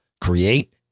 Create